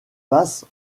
passe